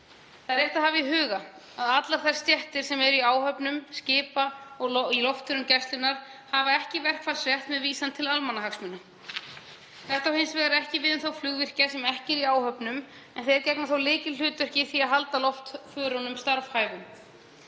Það er rétt að hafa í huga að allar þær stéttir sem eru í áhöfnum skipa og í loftförum Gæslunnar hafa ekki verkfallsrétt með vísan til almannahagsmuna. Þetta á hins vegar ekki við um þá flugvirkja sem ekki eru í áhöfnum, en þeir gegna þó lykilhlutverki í því að halda loftförunum starfhæfum.